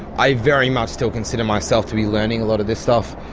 i very much still consider myself to be learning a lot of this stuff.